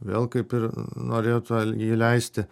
vėl kaip ir norėtų įleisti